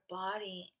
body